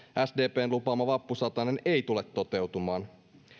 sdpn vappuna lupaama vappusatanen ei tule toteutumaan